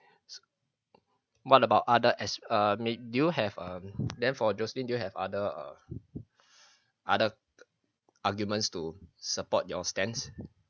what about other as uh may do you have um then for jocelyn do you have other other arguments to support your stance